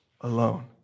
alone